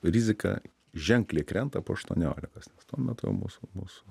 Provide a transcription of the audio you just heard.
rizika ženkliai krenta po aštuoniolikos tuo metu jau mūsų mūsų